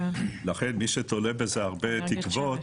-- לכן, מי שתולה בזה הרבה תקוות